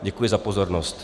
Děkuji za pozornost.